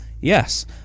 Yes